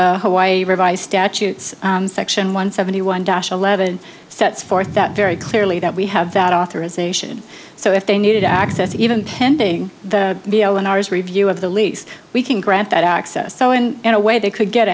also hawaii revised statutes section one seventy one dash eleven sets forth that very clearly that we have that authorization so if they needed access even pending the v o r s review of the lease we can grant that access so in in a way they could get